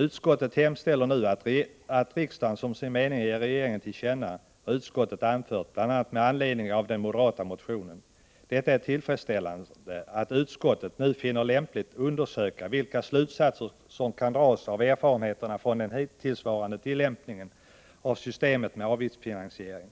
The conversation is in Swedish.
Utskottet hemställer nu att riksdagen som sin mening ger regeringen till känna vad utskottet har anfört bl.a. med anledning av den moderata motionen. Det är tillfredsställande att utskottet nu finner det lämpligt att undersöka vilka slutsatser som kan dras av erfarenheterna från den hittillsvarande tillämpningen av systemet med avgiftsfinansiering.